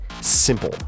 simple